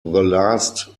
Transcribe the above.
last